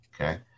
okay